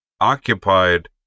occupied